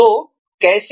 तो कैसे